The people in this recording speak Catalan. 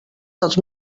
dels